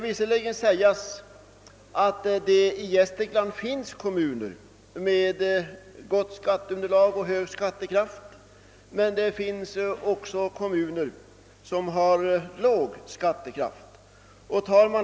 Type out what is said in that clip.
I Gästrikland finns visserligen kommuner med hög skattekraft, men där finns också kommuner med låg skattekraft.